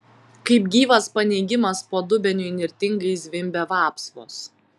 kaip gyvas paneigimas po dubeniu įnirtingai zvimbė vapsvos